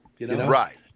Right